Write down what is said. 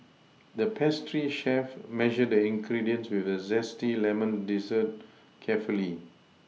the pastry chef measured the ingredients for a zesty lemon dessert carefully